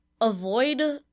avoid